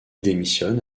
démissionne